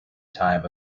time